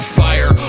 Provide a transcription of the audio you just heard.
fire